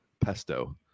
pesto